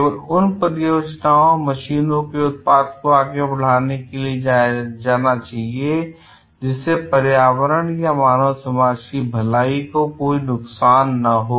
केवल उन परियोजनाओं मशीन के उत्पादों को आगे बढ़ने के लिए दिया जाना चाहिए जिससे पर्यावरण या मानव समाज की भलाई को कोई नुकसान न हो